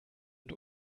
und